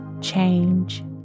change